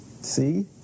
See